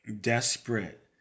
desperate